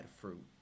fruit